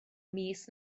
mis